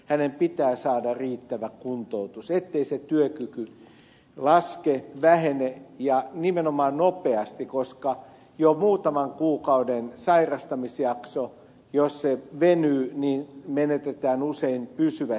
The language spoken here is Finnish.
hänen pitää saada riittävä kuntoutus ettei se työkyky laske vähene ja nimenomaan nopeasti koska jos jo muutaman kuukauden sairastamisjakso venyy niin menetetään usein pysyvästi työkyky